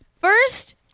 First